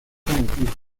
sometido